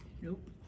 nope